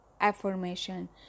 affirmation